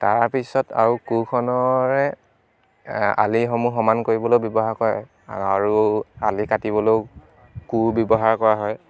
তাৰ পিছত আৰু কোৰখনৰে আলিসমূহ সমান কৰিবলৈও ব্যৱহাৰ কৰে আৰু আলি কাটিবলৈও কোৰ ব্যৱহাৰ কৰা হয়